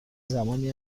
زمانی